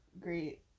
great